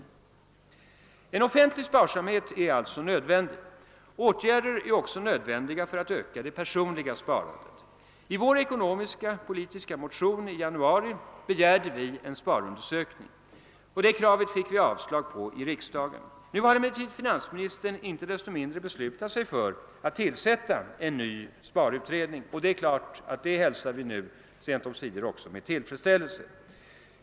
En offentlig sparsamhet är alltså nödvändig. Åtgärder är också nödvändiga för att öka det personliga sparandet. I vår ekonomisk-politiska motion i januari begärde vi en ny sparundersökning. Det kravet fick vi avslag på i riksdagen. Nu har emellertid finansministern inte desto mindre sent omsider beslutat sig för att tillsätta en ny sparutredning. Det hälsar vi naturligtvis med tillfredsställelse.